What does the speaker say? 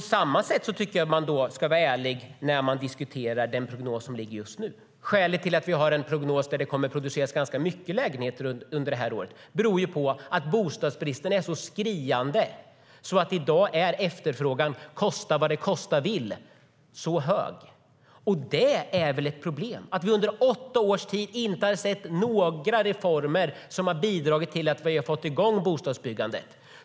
Jag tycker att man ska vara lika ärlig när man diskuterar den prognos som ligger just nu och som säger att det kommer att produceras ganska många lägenheter under det här året. Det beror på att bostadsbristen är så skriande att efterfrågan - kosta vad det kosta vill - är så hög i dag. Det är väl ett problem att vi under åtta års tid inte har sett några reformer som har bidragit till att få igång bostadsbyggandet?